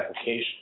application